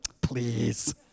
Please